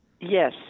Yes